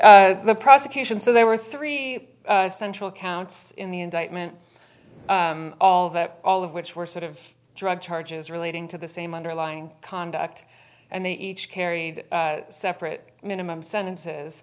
the the prosecution so there were three central counts in the indictment all of that all of which were sort of drug charges relating to the same underlying conduct and they each carried separate minimum sentences